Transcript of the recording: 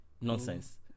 nonsense